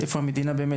איפה המדינה באמת,